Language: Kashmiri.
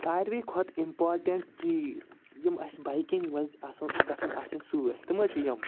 ساروٕے کھۄتہٕ اِمپارٹیٚنٛٹ چیٖز یِم اسہِ بایکنٛگ منٛز گژھیٚن آسٕنۍ سۭتۍ تِم حظ چھِ یِم